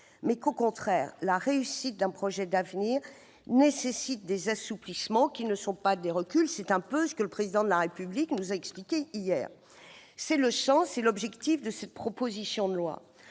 renier. Au contraire, la réussite d'un projet d'avenir nécessite des assouplissements qui ne sont pas des reculs. C'est un peu, finalement, ce que le Président de la République a expliqué hier. Tel est le sens et l'objectif de cette proposition de loi.